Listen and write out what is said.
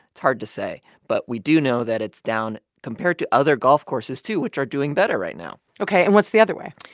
it's hard to say. but we do know that it's down compared to other golf courses too, which are doing better right now ok, and what's the other way?